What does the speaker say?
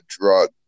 drug